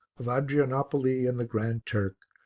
of adrianopoli and the grand turk,